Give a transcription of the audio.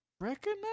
recognize